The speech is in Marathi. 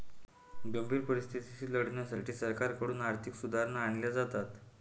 गंभीर परिस्थितीशी लढण्यासाठी सरकारकडून आर्थिक सुधारणा आणल्या जातात